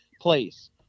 place